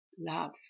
love